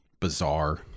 bizarre